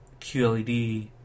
QLED